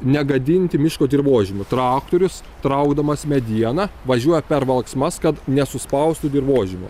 negadinti miško dirvožemių traktorius traukdamas medieną važiuoja per valksmas kad nesuspaustų dirvožemio